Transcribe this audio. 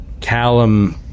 Callum